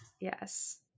Yes